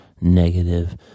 negative